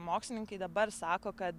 mokslininkai dabar sako kad